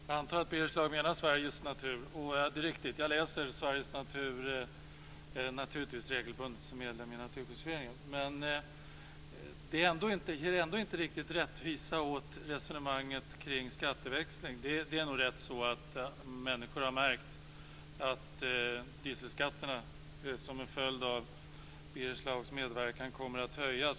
Fru talman! Jag antar att Birger Schlaug menar Sveriges Natur, och det är riktigt att jag som medlem i Naturskyddsföreningen naturligtvis regelbundet läser Sveriges Natur. Men det ger ändå inte riktig rättvisa åt resonemanget kring skatteväxling. Det är nog riktigt att människor har märkt att dieselskatterna, som en följd av Birger Schlaugs medverkan, kommer att höjas.